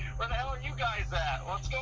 but the hell are you guys at? i